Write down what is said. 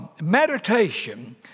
meditation